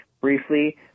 briefly